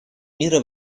мира